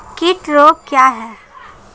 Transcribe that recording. कीट रोग क्या है?